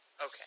Okay